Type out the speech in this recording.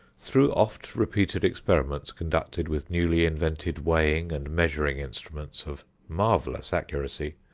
through oft-repeated experiments conducted with newly-invented weighing and measuring instruments of marvelous accuracy,